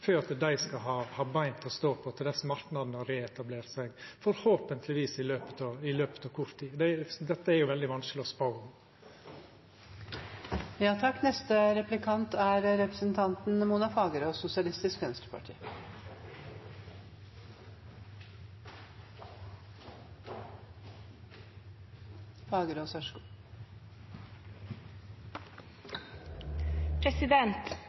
for at dei skal ha bein å stå på til marknaden har reetablert seg, vonleg i løpet av kort tid. Dette er jo veldig vanskeleg å spå.